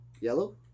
yellow